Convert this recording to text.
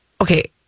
Okay